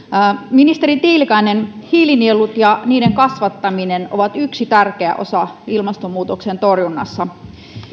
ministeri tiilikainen hiilinielut ja niiden kasvattaminen ovat yksi tärkeä osa ilmastonmuutoksen torjunnassa